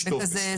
יש טופס.